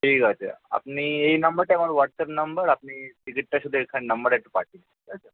ঠিক আছে আপনি এই নাম্বারটাই আমার হোয়াটসঅ্যাপ নাম্বার আপনি টিকিটটা শুধু এখান নাম্বারে একটু পাঠিয়ে ঠিক আছে